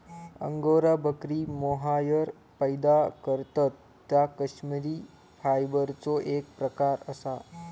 angora बकरी mohair पैदा करतत ता कश्मिरी फायबरचो एक प्रकार असा